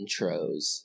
intros